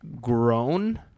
grown